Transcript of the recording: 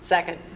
Second